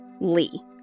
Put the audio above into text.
Lee